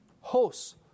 hosts